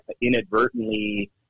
inadvertently